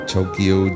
Tokyo